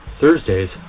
Thursdays